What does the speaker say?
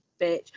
bitch